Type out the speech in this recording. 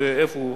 בנושא,